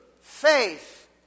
faith